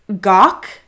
gawk